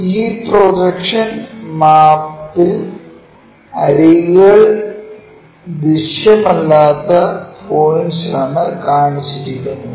ഈ പ്രോജക്ഷൻ മാപ്പിൽ അരികുകൾ ദൃശ്യം അല്ലാത്ത പോയ്ന്റ്സ് ആണ് കാണിച്ചിരിക്കുന്നതു